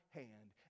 hand